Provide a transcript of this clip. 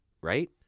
right